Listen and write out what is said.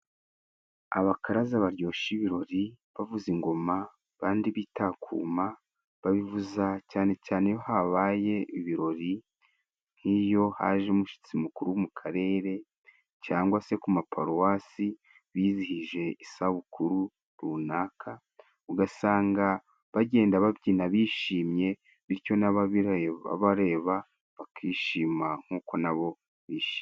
Abakaraza baryosha ibirori bavuza ingoma kandi bita kuma babivuza cyane cyane iyo habaye ibirori nk'iyo haje umushyitsi mukuru mu karere, cyangwa se ku maparuwasi bizihije isabukuru runaka, ugasanga bagenda babyina bishimye bityo n'ababireba bareba bakishima nkuko nabo bishima.